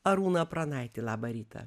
arūną pranaitį labą rytą